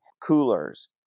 coolers